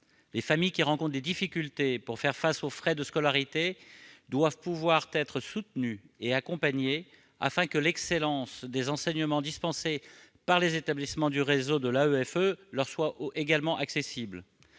Les familles qui rencontrent des difficultés pour faire face aux frais de scolarité doivent pouvoir être soutenues et accompagnées afin que l'excellence des enseignements dispensés par les établissements du réseau de l'AEFE leur soit également accessible.